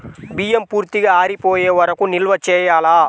బియ్యం పూర్తిగా ఆరిపోయే వరకు నిల్వ చేయాలా?